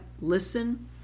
Listen